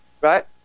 Right